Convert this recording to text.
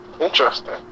Interesting